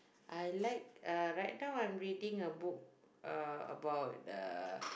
I like uh right now I'm reading a book uh about uh